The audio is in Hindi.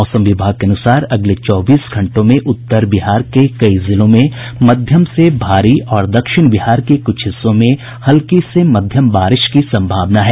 मौसम विभाग के अनुसार अगले चौबीस घंटों में उत्तर बिहार के कई जिलों में मध्यम से भारी और दक्षिण बिहार के कुछ हिस्सों में हल्की से मध्यम बारिश की सम्भावना है